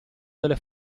delle